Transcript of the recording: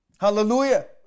Hallelujah